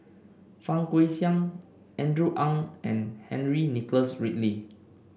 Fang Guixiang Andrew Ang and Henry Nicholas Ridley